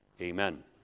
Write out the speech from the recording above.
Amen